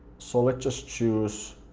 so let's just choose,